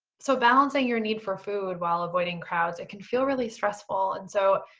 so balancing your need for food while avoiding crowds, it can feel really stressful. and so,